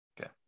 Okay